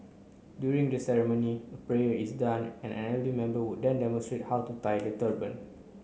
during the ceremony a prayer is done and an elderly member would then demonstrate how to tie the turban